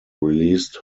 released